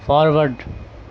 forward